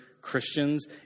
Christians